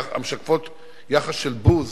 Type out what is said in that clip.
המשקפות יחס של בוז